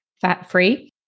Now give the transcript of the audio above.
fat-free